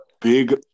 big